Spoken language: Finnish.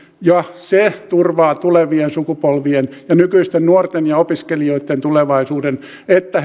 ja se turvaa tulevien sukupolvien ja nykyisten nuorten ja opiskelijoitten tulevaisuuden että